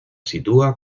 sitúa